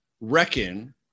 reckon